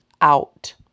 out